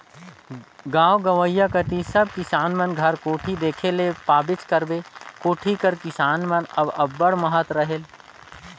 गाव गंवई कती सब किसान मन घर कोठी देखे ले पाबेच करबे, कोठी कर किसान मन बर अब्बड़ महत रहेल